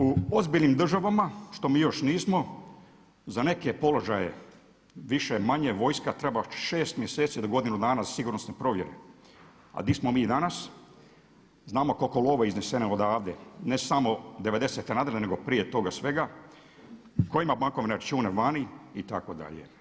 U ozbiljnim državama što mi još nismo za neke položaje više-manje vojska treba 6 mjeseci do godinu dana sigurnosne provjere a gdje smo mi danas, znamo koliko je love izneseno odavde, ne samo '90.-te nadalje nego prije toga svega, tko ima bankovne račune vani itd.